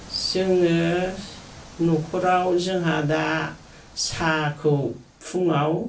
जोङो न'खराव जोंहा दा साहाखौ फुङाव